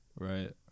right